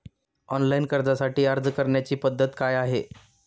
Online कर्जासाठी अर्ज करण्याची पद्धत काय आहे?